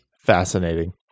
Fascinating